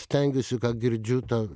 stengiuosi ką girdžiu tą